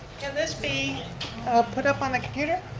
can this be ah put up on the computer?